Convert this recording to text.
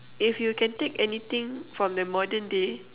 if you can take anything from the modern day